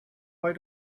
why